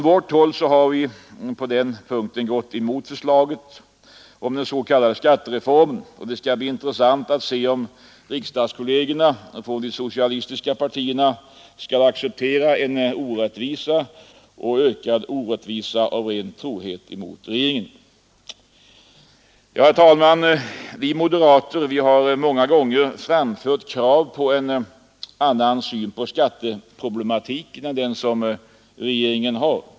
Vi har på den punkten gått emot förslaget om den s.k. skattereformen. Det skall bli intressant att se om riksdagskollegerna från de socialistiska partierna skall acceptera en ökad orättvisa av ren trohet mot regeringen. Herr talman! Vi moderater har många gånger framfört krav på en annan syn på skatteproblematiken än den som regeringen har.